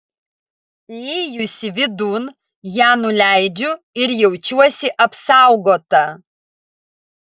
įėjusi vidun ją nuleidžiu ir jaučiuosi apsaugota